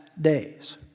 days